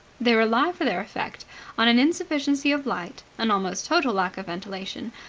they rely for their effect on an insufficiency of light, an almost total lack of ventilation,